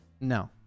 No